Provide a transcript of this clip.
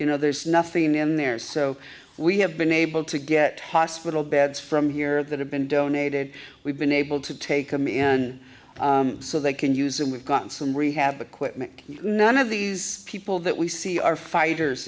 you know there's nothing in there so we have been able to get hospital beds from here that have been donated we've been able to take them and so they can use and we've got some rehab equipment none of these people that we see are fighters